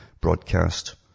broadcast